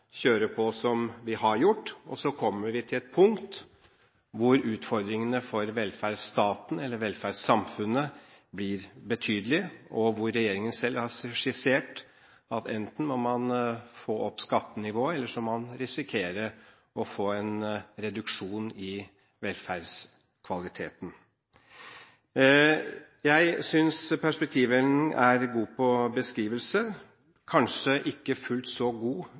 kjøre på som vi har gjort, og så kommer vi til et punkt hvor utfordringene for velferdsstaten eller velferdssamfunnet blir betydelige, og hvor regjeringen selv har skissert at enten må man få opp skattenivået, eller så må man risikere å få en reduksjon i velferdskvaliteten. Jeg synes perspektivmeldingen er god på beskrivelse, kanskje ikke fullt så god